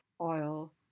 oil